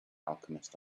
alchemist